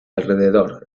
alrededor